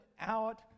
out